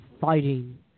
fighting